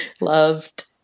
Loved